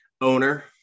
owner